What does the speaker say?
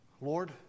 Lord